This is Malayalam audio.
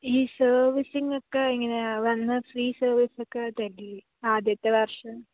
ഈ സർവീസിങ്ങ് ഒക്കെ എങ്ങനെയാണ് വന്നു ഫ്രീ സർവീസൊക്കെ തരില്ലേ ആദ്യത്തെ വർഷം